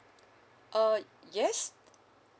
uh yes